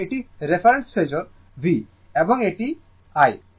সুতরাং এটি reference phasor V এবং এটি I